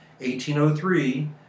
1803